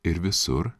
ir visur